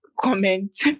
comment